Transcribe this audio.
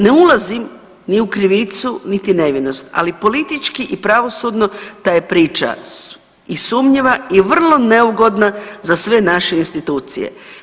Ne ulazim ni u krivicu niti nevinost, ali politički i pravosudno ta je priča i sumnjiva i vrlo neugodna za sve naše institucije.